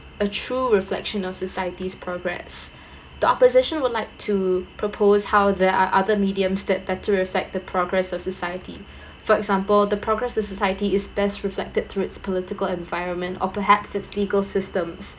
a true reflection of society's progress the opposition would like to propose who there are other mediums that better reflect the progress of society for example the progress of society is best reflected through its political environment or perhaps it's legal systems